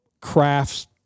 crafts